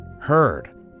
heard